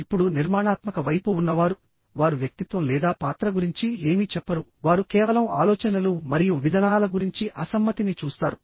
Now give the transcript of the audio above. ఇప్పుడు నిర్మాణాత్మక వైపు ఉన్నవారు వారు వ్యక్తిత్వం లేదా పాత్ర గురించి ఏమీ చెప్పరు వారు కేవలం ఆలోచనలు మరియు విధానాల గురించి అసమ్మతిని చూస్తారు